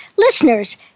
Listeners